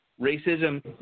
Racism